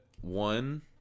one